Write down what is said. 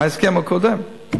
בהסכם הקודם.